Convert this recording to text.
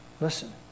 listen